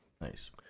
Nice